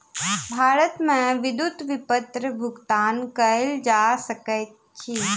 भारत मे विद्युत विपत्र भुगतान कयल जा सकैत अछि